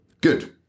Good